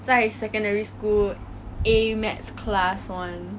在 secondary school A maths class [one]